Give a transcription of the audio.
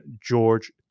George